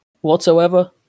whatsoever